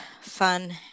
fun